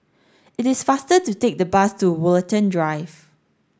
it is faster to take the bus to Woollerton Drive